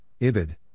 IBID